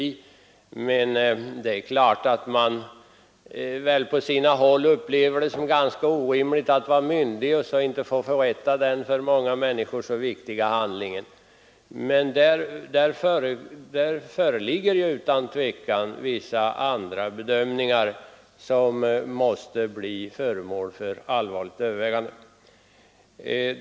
Men det är klart att man väl på sina håll upplever det som ganska orimligt att en person kan vara myndig utan att han får utföra den för så många människor viktiga handlingen att inköpa rusdrycker. Det föreligger här utan tvivel vissa andra bedömningar som måste bli föremål för allvarligt övervägande.